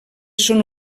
són